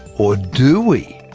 or do we?